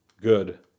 good